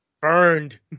Burned